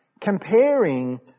comparing